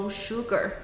sugar